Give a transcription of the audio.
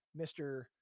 mr